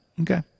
Okay